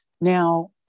now